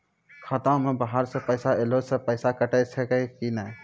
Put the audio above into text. खाता मे बाहर से पैसा ऐलो से पैसा कटै छै कि नै?